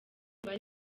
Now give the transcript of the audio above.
bari